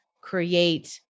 create